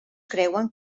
creuen